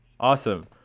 Awesome